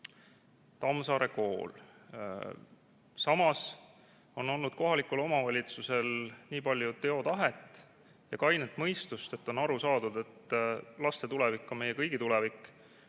Tammsaare kool. Samas on olnud kohalikul omavalitsusel nii palju teotahet ja kainet mõistust, et on aru saadud, et laste tulevik on meie kõigi tulevik